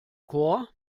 chor